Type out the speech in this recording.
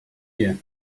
you